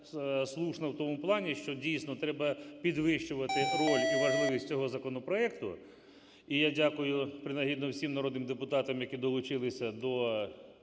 всім народним депутатам, які долучилися до